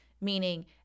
meaning